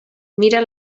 mira